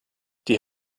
die